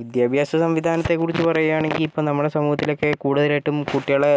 വിദ്യാഭ്യാസ സംവിധാനത്തെക്കുറിച്ച് പറയുവാണെങ്കിൽ ഇപ്പം നമ്മുടെ സമൂഹത്തിലൊക്കെ കൂടുതലായിട്ടും കുട്ടികളെ